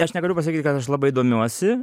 aš negaliu pasakyt kad aš labai domiuosi